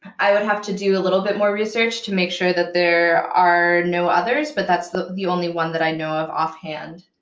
i would have to do a little bit more research to make sure that there are no others, but that's the the only one that i know of offhand.